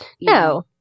No